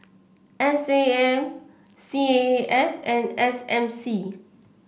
S A M C A A S and S M C